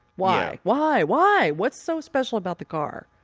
why, why, why? what's so special about the car?